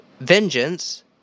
vengeance